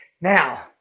Now